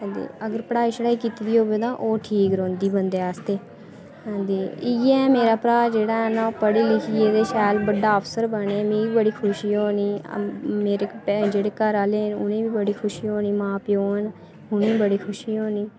अगर पढ़ाई कीती दी होऐ तां ओह् ठीक रौंह्दी बंदे आस्तै ते इयै ना मेरा भ्राऽ जेह्ड़ा ऐ ना ओह् पढ़ी लिखियै शैल बड्डा अफ्सर बने मिगी बड़ी खुशी होनी मेरे जेह्ड़े घरै आह्ले उटनेंगी बड़ी खुशी होनी मेरे मां प्योऽ न उ'नेंगी बड़ी खुशी होनी